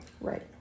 right